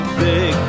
big